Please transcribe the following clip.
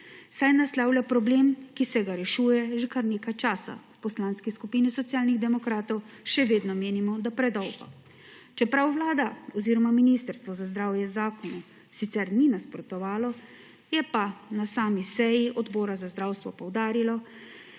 saj naslavlja problem, ki se ga rešuje že kar nekaj časa, v Poslanski skupini Socialnih demokratov še vedno menimo, da predolgo. Čeprav Vlada oziroma Ministrstvo za zdravje zakonu ni nasprotovalo, je pa na sami seji Odbora za zdravstvo poudarilo,